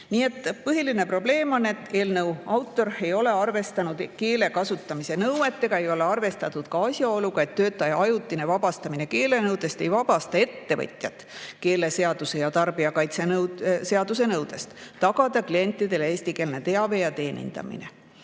põhiline probleem on, et eelnõu autor ei ole arvestanud keele kasutamise nõuetega, ei ole arvestanud ka asjaoluga, et töötaja ajutine vabastamine keelenõudest ei vabasta ettevõtjat keeleseaduse ja tarbijakaitseseaduse nõudest tagada klientidele eestikeelne teave ja teenindamine.